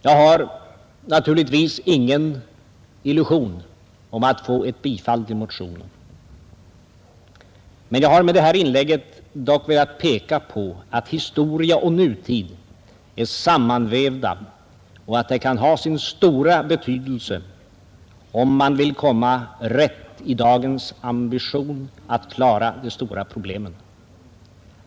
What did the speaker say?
Jag har naturligtvis ingen illusion om att få ett bifall till motionen, men jag har med det här inlägget dock velat peka på att historia och nutid är sammanvävda och att detta kan ha sin stora betydelse om man vill komma rätt i dagens ambition att klara de stora problemen.